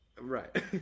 Right